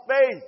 faith